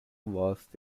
lost